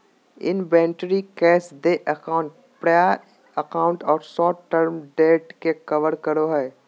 inventory cash देय account प्राप्य account और शॉर्ट टर्म डेब्ट के कवर करो हइ